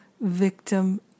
victim